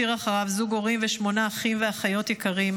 הותיר אחריו זוג הורים ושמונה אחים ואחיות יקרים.